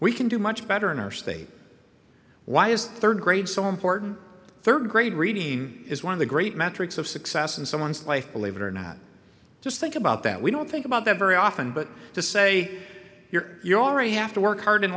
we can do much better interstate why is third grade so important third grade reading is one of the great metrics of success in someone's life believe it or not just think about that we don't think about that very often but to say here you already have to work hard in